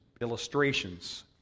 illustrations